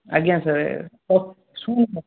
ଆଜ୍ଞା ସାରେ ଶୁଣନ୍ତୁ